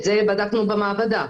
את זה בדקנו במעבדה.